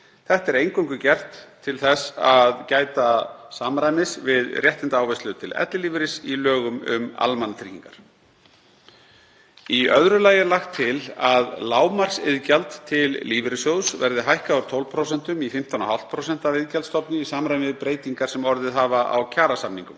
Þetta er eingöngu gert til að gæta samræmis við réttindaávinnslu til ellilífeyris í lögum um almannatryggingar. Í öðru lagi er lagt til að lágmarksiðgjald til lífeyrissjóðs verði hækkað úr 12% í 15,5% af iðgjaldsstofni í samræmi við breytingar sem orðið hafa á kjarasamningum.